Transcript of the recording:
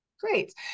great